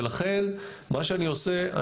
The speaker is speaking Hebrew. לכן מה שאני עושה,